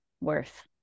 worth